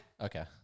Okay